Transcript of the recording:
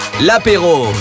l'apéro